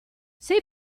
sei